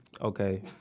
Okay